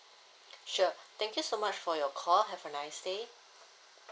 sure thank you so much for your call have a nice day